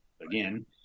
again